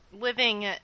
living